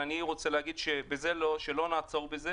אבל אני רוצה להגיד שלא נעצור בזה.